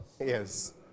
Yes